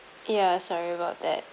ya sorry about that